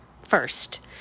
first